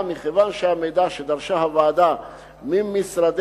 אולם מכיוון שהמידע שדרשה הוועדה ממשרדי